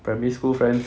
primary school friends